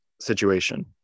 situation